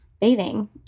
bathing